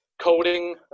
coding